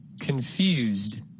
Confused